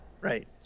Right